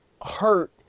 hurt